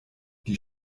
die